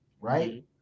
right